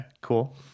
cool